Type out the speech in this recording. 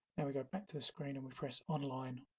and we go back to the screen and we press online